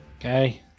Okay